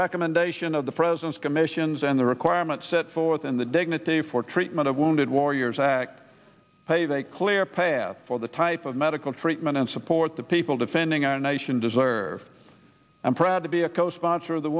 recommendation of the president's commissions and the requirements set forth in the dignity for treatment of wounded warriors act pay they clear path for the type of medical treatment and support the people defending our nation deserve i'm proud to be a co sponsor